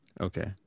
Okay